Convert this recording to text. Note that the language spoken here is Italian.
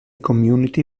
community